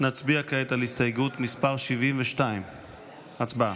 נצביע כעת על הסתייגות מס' 72. הצבעה.